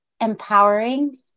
Empowering